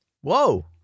Whoa